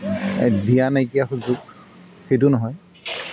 দিয়া নাইকিয়া সুযোগ সেইটো নহয়